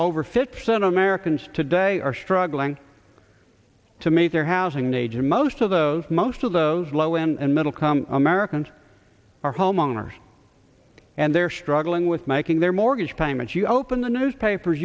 over fifty percent of americans today are struggling to make their housing major most of those most of those low and middle come americans are homeowners and they're struggling with making their mortgage payments you open the newspaper